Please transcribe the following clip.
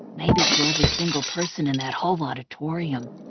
maybe to every single person in that whole auditorium.